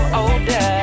older